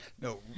No